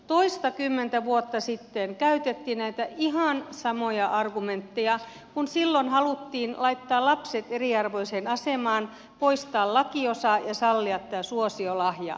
toistakymmentä vuotta sitten käytettiin näitä ihan samoja argumentteja kun haluttiin laittaa lapset eriarvoiseen asemaan poistaa lakiosa ja sallia tämä suosiolahja